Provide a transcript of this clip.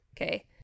Okay